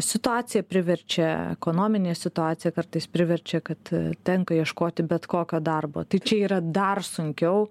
situacija priverčia ekonominė situacija kartais priverčia kad tenka ieškoti bet kokio darbo tai čia yra dar sunkiau